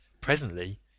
Presently